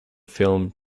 film